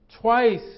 twice